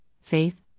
faith